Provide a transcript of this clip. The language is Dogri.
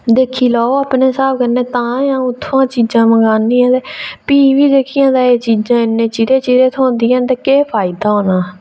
दिक्खी लैओ अपने स्हाबै कन्नै तां गै में इत्थुआं चीजां मंगानी ऐ ते भी बी एह् जेह्कियां चीजां न एह् इन्नियां चिरें थ्होंदिंयां न केह् फायदा होना